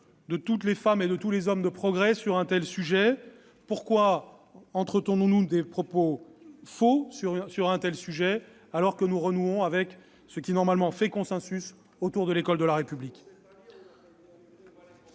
de toutes les femmes et de tous les hommes de progrès sur un tel sujet ? Pourquoi entendons-nous des propos faux en la matière, alors que nous renouons avec ce qui fait normalement consensus autour de l'école de la République ?